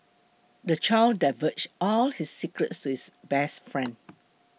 the child divulged all his secrets to his best friend